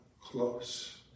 close